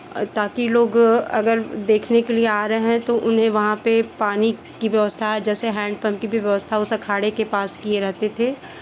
ताकि लोग अगर देखने के लिए आ रहे हैं तो उन्हें वहाँ पे पानी की व्यवस्था जैसे हैंडपम्प की भी व्यवस्था उस अखाड़े के पास किए रहते थे